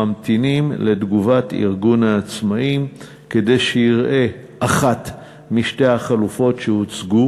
ממתינים לתגובת ארגון העצמאים כדי שיראה אחת משתי החלופות שהוצגו,